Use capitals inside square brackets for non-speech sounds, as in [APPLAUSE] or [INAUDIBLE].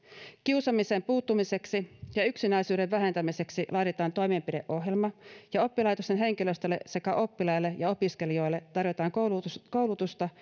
kiusaamiseen puuttumiseksi ja yksinäisyyden vähentämiseksi laaditaan toimenpideohjelma ja oppilaitosten henkilöstölle sekä oppilaille ja opiskelijoille tarjotaan koulutusta koulutusta [UNINTELLIGIBLE]